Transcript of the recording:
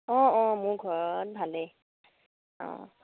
অঁ অঁ মোৰ ঘৰত ভালেই অঁ